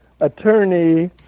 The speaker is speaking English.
attorney